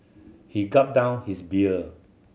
he gulped down his beer